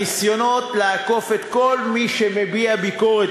הניסיונות לעקוף את כל מי שמביע ביקורת,